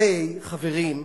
הרי, חברים,